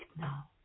now